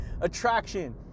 attraction